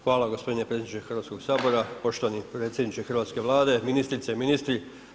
Hvala gospodine predsjedniče Hrvatskog sabora, poštovani predsjedniče hrvatske Vlade, ministrice, ministri.